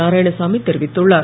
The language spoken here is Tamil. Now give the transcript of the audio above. நாராயணசாமி தெரிவித்துள்ளார்